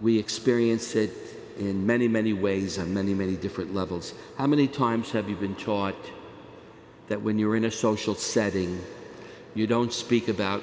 we experience it in many many ways on many many different levels how many times have you been taught that when you are in a social setting you don't speak about